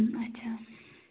اچھا